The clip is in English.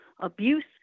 abuse